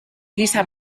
liza